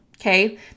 Okay